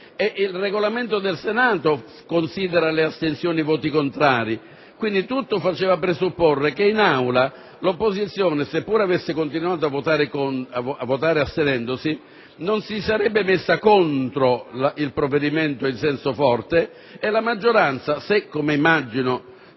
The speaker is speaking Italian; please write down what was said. È il Regolamento del Senato che considera le astensioni voti contrari. Tutto faceva presupporre che in Aula l'opposizione, se pure avesse continuato a votare astenendosi, non si sarebbe messa contro il provvedimento in maniera forte e la maggioranza - come immagino,